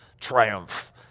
Triumph